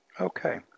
Okay